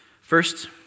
First